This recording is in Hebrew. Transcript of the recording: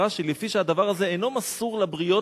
רש"י: "לפי שהדבר הזה אינו מסור לבריות,